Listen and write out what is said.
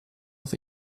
auf